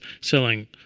selling